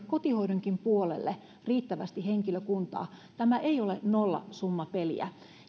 kotihoidonkin puolelle riittävästi henkilökuntaa tämä ei ole nollasummapeliä